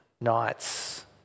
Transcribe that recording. nights